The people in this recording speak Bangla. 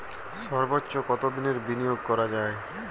সর্বোচ্চ কতোদিনের বিনিয়োগ করা যায়?